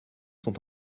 sont